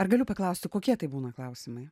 ar galiu paklausti kokie tai būna klausimai